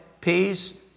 peace